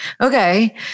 Okay